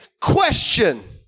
question